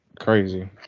crazy